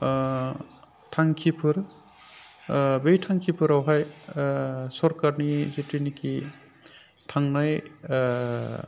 थांखिफोर बै थांखिफोरावहाय सोरखारनि जिथुनिखि थांनाय